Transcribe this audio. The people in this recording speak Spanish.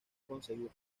conseguirlo